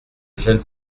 jeune